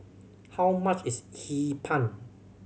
how much is Hee Pan